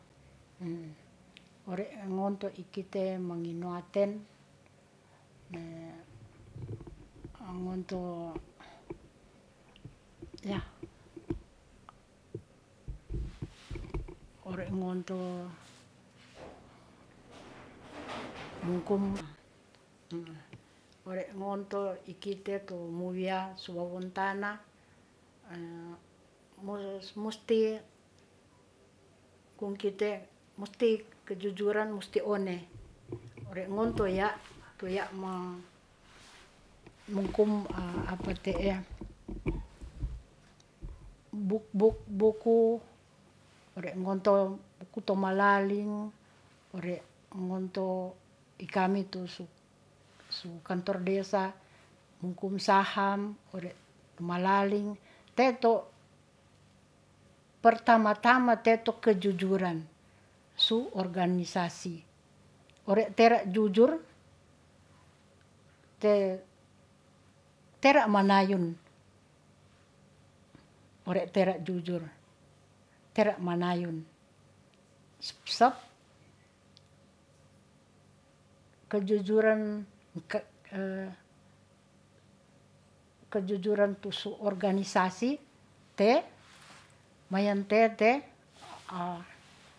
Ore ngonto i kite menginauten, ngonto ya' ore ngonto mungkuma, ore ngonto i kite tu mu'ya su wawontana, musti kung kite musti kejujuran musti one ore ngonto ya' tu ya' mungkum apa te'e, buk buk buku re ngonto mokoto malaling ore ngonto i kami su kantor desa, hungkum saham ore malaling. Teto pertama-tama tetok kejujuran su organisasi ore tera jujur te tera manayun ore tera jujur, tera manayun, sep kejujuran, kejujuran su to organisasi te mayante'e te